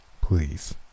Please